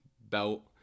belt